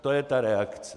To je ta reakce.